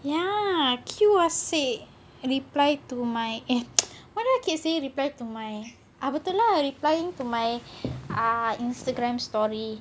ya Q asyik reply to my eh why do I keep saying reply to my apa tu lah reply to my ah instagram story